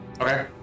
Okay